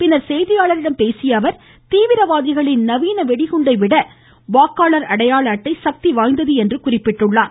பின்னர் செய்தியாளர்களிடம் பேசியஅவர் தீவிரவாதிகளின் நவீன வெடிகுண்டை விட வாக்காளர் அடையாள அட்டை சக்தி வாய்ந்தது என்று குறிப்பிட்டார்